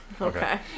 Okay